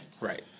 Right